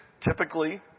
typically